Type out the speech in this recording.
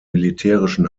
militärischen